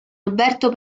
roberto